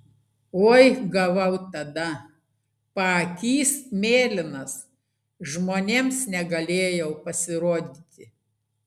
oi gavau tada paakys mėlynas žmonėms negalėjau pasirodyti